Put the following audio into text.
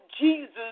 Jesus